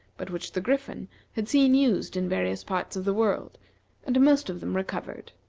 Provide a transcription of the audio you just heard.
but which the griffin had seen used in various parts of the world and most of them recovered.